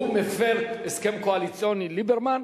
הוא מפר הסכם קואליציוני, ליברמן?